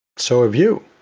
so have you.